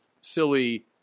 silly